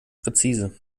präzise